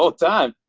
ah time.